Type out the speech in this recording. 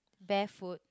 barefoot